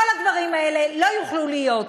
כל הדברים האלה לא יוכלו להיות,